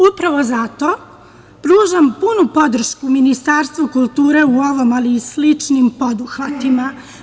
Upravo zato pružam punu podršku Ministarstvu kulture u ovom, ali i sličnim poduhvatima.